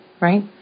right